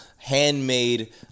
handmade